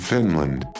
Finland